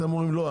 אתם אומרים "לא,